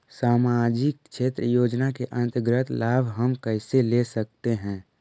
समाजिक क्षेत्र योजना के अंतर्गत लाभ हम कैसे ले सकतें हैं?